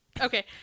okay